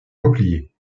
repliés